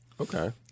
Okay